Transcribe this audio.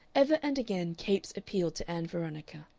ever and again capes appealed to ann veronica.